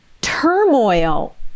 turmoil